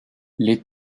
les